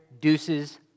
deuces